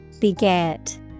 Beget